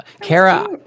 Kara